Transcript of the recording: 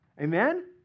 Amen